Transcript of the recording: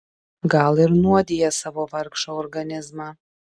gal ir nuodija savo vargšą organizmą